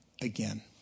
again